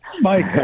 Mike